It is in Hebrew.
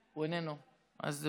הוא איננו, אז זה